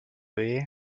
weh